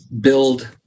build